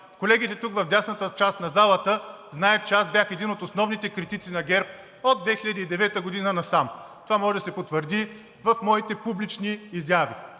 Колегите тук в дясната част на залата знаят, че аз бях един от основните критици на ГЕРБ от 2009 г. насам. Това може да се потвърди в моите публични изяви.